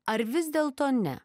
ar vis dėlto ne